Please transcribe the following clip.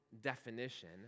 definition